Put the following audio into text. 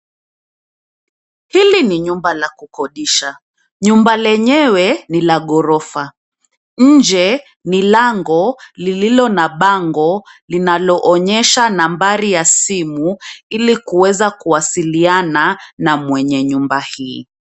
Hili ni nyumba la kukodisha. Nyumba lenyewe ni la ghorofa. Nje ni lango lililo na bango linaloonyesha nambari ya simu, ili kuweza kuwasiliana na mwenye nyumba hii.